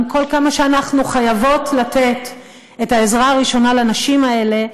עם כל כמה שאנחנו חייבות לתת את העזרה הראשונה לנשים האלה,